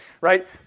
right